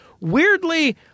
Weirdly